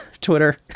Twitter